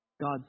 God